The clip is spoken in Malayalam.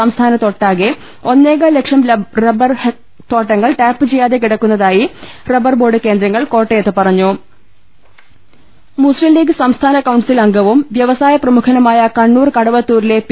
സംസ്ഥാനത്തൊട്ടാകെ ഒന്നേകാൽ ലക്ഷം ഹെക്ടർ റബർ തോട്ടങ്ങൾ ടാപ്പ് ചെയ്യാതെ കിടക്കുന്നതായി റബർ ബോർഡ് കേന്ദ്രങ്ങൾ കോട്ടയത്ത് പറഞ്ഞു മുസ്ലിം ലീഗ് സംസ്ഥാന കൌൺസിൽ അംഗവും വ്യവസായ പ്രമുഖനുമായ കണ്ണൂർ കടവത്തൂരിലെ പി